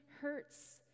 hurts